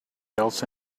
else